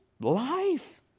life